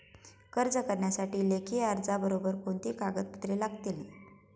कर्ज करण्यासाठी लेखी अर्जाबरोबर कोणती कागदपत्रे लागतील?